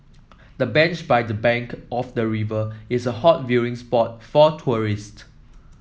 the bench by the bank of the river is a hot viewing spot for tourists